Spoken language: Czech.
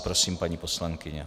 Prosím, paní poslankyně.